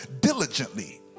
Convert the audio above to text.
diligently